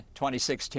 2016